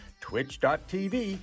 twitch.tv